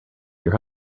your